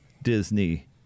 disney